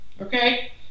Okay